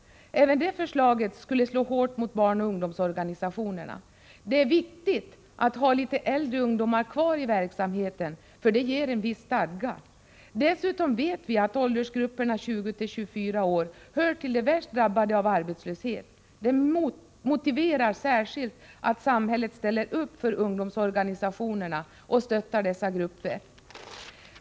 Även detta förslag skulle slå hårt mot barnoch ungdomsorganisationerna. Det är mycket viktigt att ha litet äldre ungdomar i verksamheten, därför att det ger en viss stadga. Dessutom vet vi att åldersgruppen 20-24 år hör till de av arbetslöshet värst drabbade. Det motiverar särskilt att samhället ställer upp för ungdomsorganisationerna och stöttar dem.